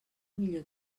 millor